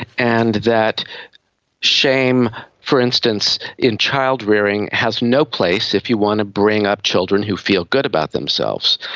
and that shame, for instance, in child rearing has no place if you want to bring up children who feel good about themselves.